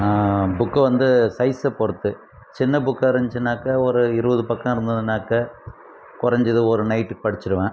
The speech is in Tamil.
புக்கு வந்து சைஸை பொறுத்து சின்ன புக்காக இருந்துச்சின்னாக்கா ஒரு இருபது பக்கம் இருந்துதுன்னாக்கா குறஞ்சது ஒரு நைட்டு படிச்சிடுவேன்